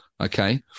okay